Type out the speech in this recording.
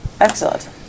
excellent